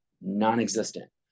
non-existent